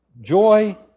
Joy